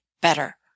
better